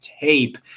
tape